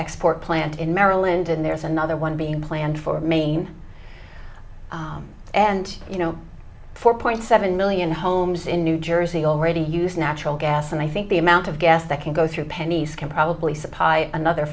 export plant in maryland and there's another one being planned for maine and you know four point seven million homes in new jersey already use natural gas and i think the amount of gas that can go through pennies can probably supply another